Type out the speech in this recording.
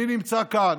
אני נמצא כאן